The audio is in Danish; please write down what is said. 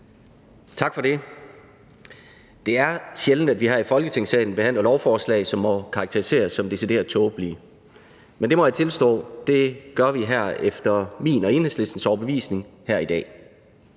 Tak for det. Det er sjældent, at vi her i Folketingssalen behandler lovforslag, som må karakteriseres som decideret tåbelige. Men jeg må tilstå, at det gør vi efter min og Enhedslistens overbevisning her i dag.